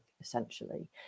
essentially